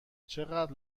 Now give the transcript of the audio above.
چقدر